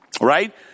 right